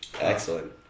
excellent